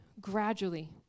gradually